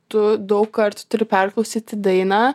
tu daug kartų turi perklausyti dainą